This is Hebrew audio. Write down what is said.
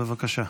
בבקשה.